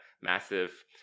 massive